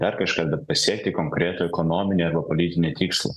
dar kažką bet pasiekti konkretų ekonominį politinį tikslą